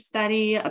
study